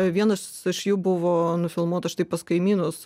vienas iš jų buvo nufilmuotas štai pas kaimynus